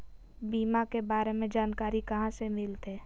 बीमा के बारे में जानकारी कहा से मिलते?